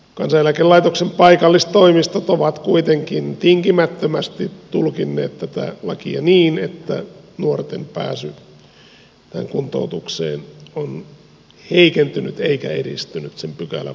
kansaneläkelaitoksen paikallistoimistot ovat kuitenkin tinkimättömästi tulkinneet tätä lakia niin että nuorten pääsy kuntoutukseen on heikentynyt eikä edistynyt sen pykälän vuoksi